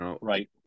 Right